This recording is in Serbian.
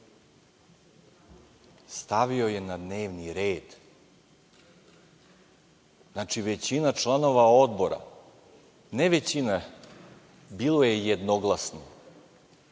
Stavio je na dnevni red. Znači, većina članova Odbora, ne većina, bilo je jednoglasno